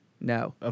No